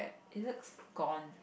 it looks gone